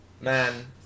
man